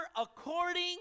according